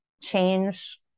change